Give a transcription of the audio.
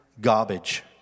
garbage